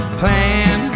plan